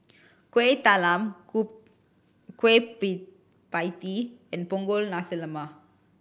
Kuih Talam kueh pie tee and Punggol Nasi Lemak